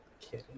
kidding